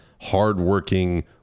hardworking